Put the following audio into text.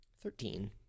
Thirteen